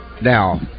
now